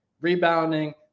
rebounding